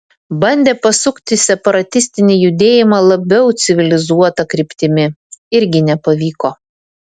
bandė pasukti separatistinį judėjimą labiau civilizuota kryptimi irgi nepavyko